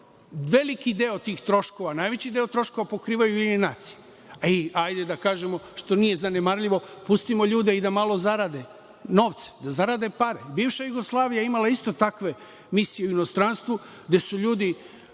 veliki deo tih troškova, najveći deo troškova pokrivaju UN, hajde da kažemo što nije zanemarljivo, pustimo ljude i da malo zarade novce, da zarade pare. Bivša Jugoslavija je imala isto takve misije u inostranstvu, gde su ljudi